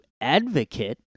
advocate